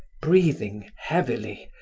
breathing heavily,